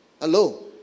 Hello